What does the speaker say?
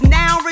now